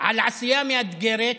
על עשייה מאתגרת,